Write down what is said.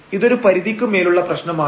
ഇതൊരു പരിധിക്ക് മേലുള്ളപ്രശ്നമാണ്